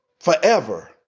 Forever